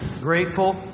grateful